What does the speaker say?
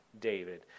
David